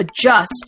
adjust